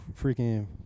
freaking